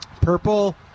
Purple